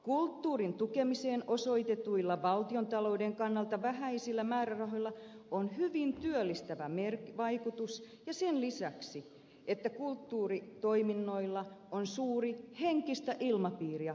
kulttuurin tukemiseen osoitetuilla valtiontalouden kannalta vähäisillä määrärahoilla on hyvin työllistävä vaikutus sen lisäksi että kulttuuritoiminnoilla on suuri henkistä ilmapiiriä kohottava merkitys